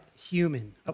human